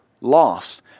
lost